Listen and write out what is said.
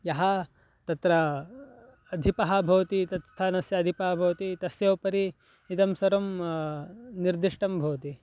यः तत्र अधिपः भवति तत् स्थानस्य अधिपः भवति तस्य उपरि इदं सर्वं निर्दिष्टं भवति